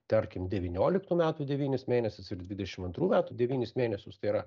tarkim devynioliktų metų devynis mėnesius ir dvidešim antrų metų devynis mėnesius tai yra